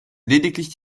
lediglich